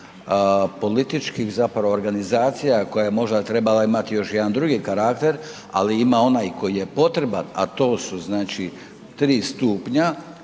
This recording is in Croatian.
političkih zapravo organizacija koja je možda trebala imati još jedan drugi karakter ali ima onaj koji je potreba, a to su znači 3 stupnja,